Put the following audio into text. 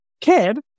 kid